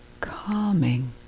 calming